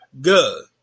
Good